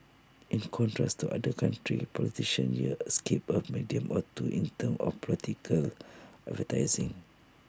in contrast to other countries politicians here skip A medium or two in terms of political advertising